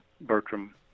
Bertram